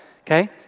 okay